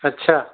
अछा